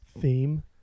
theme